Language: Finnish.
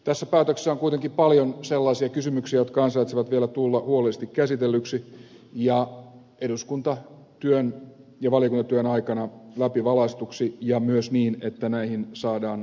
tässä päätöksessä on kuitenkin paljon sellaisia kysymyksiä jotka ansaitsevat vielä tulla huolellisesti käsitellyiksi ja eduskuntatyön ja valiokuntatyön aikana läpivalaistuksi ja myös niin että näihin saadaan vastauksia